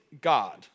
God